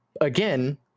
again